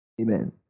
amen